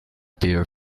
bear